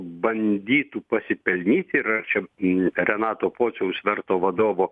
bandytų pasipelnyti ir ar čia renato pociaus verto vadovo